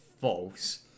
false